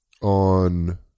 on